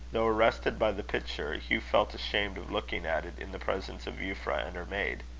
though arrested by the picture, hugh felt ashamed of looking at it in the presence of euphra and her maid.